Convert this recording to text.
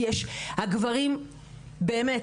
כי הגברים באמת,